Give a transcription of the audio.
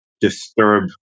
disturb